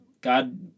God